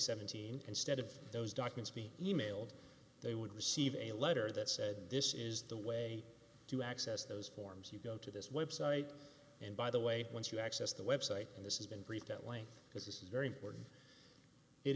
seventeen instead of those documents be emailed they would receive a letter that said this is the way to access those forms you go to this website and by the way once you access the website and this has been briefed at length because this is very important it